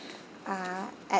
uh at